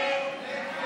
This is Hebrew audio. ההצעה